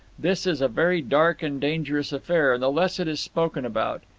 this is a very dark and dangerous affair, and the less it is spoken about,